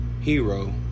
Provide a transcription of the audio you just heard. Hero